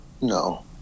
No